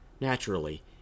Naturally